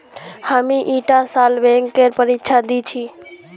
हामी ईटा साल बैंकेर परीक्षा दी छि